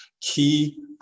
key